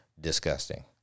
Disgusting